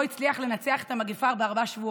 לא הצליח לנצח את המגפה בארבעה שבועות.